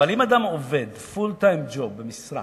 אבל אם אדם עובד "פול טיים ג'וב" במשרה